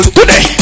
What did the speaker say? Today